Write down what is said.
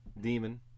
demon